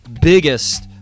biggest